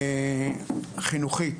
חינוכית.